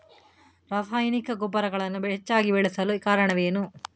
ರಾಸಾಯನಿಕ ಗೊಬ್ಬರಗಳನ್ನು ಹೆಚ್ಚಾಗಿ ಬಳಸಲು ಕಾರಣವೇನು?